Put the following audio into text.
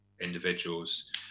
individuals